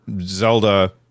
Zelda